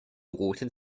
roten